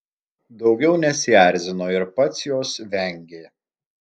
daugiau nesierzino ir pats jos vengė